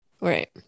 Right